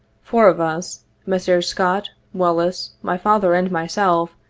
four of us messrs. scott, wallis, my father and myself,